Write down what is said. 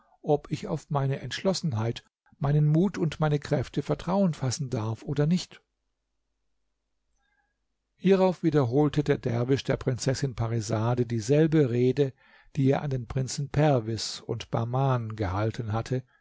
ob ich auf meine entschlossenheit meinen mut und meine kräfte vertrauen fassen darf oder nicht hierauf wiederholte der derwisch der prinzessin parisade dieselbe rede die er an die prinzen perwis und bahman gehalten hatte